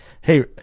hey